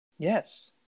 Yes